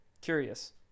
curious